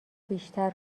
بیشتر